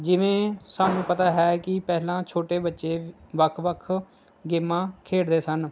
ਜਿਵੇਂ ਸਾਨੂੰ ਪਤਾ ਹੈ ਕਿ ਪਹਿਲਾਂ ਛੋਟੇ ਬੱਚੇ ਵੱਖ ਵੱਖ ਗੇਮਾਂ ਖੇਡਦੇ ਸਨ